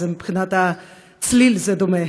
אז מבחינת הצליל זה דומה.